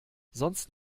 sonst